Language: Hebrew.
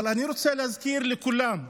אבל אני רוצה להזכיר לכולם,